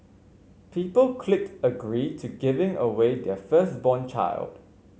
people clicked agree to giving away their firstborn child